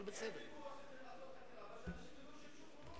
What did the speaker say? אין ויכוח שצריך לעשות חקירה,